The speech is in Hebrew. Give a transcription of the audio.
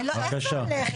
הולך,